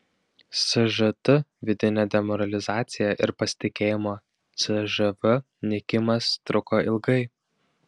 sžt vidinė demoralizacija ir pasitikėjimo cžv nykimas truko ilgai